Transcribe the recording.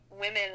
women